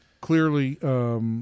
clearly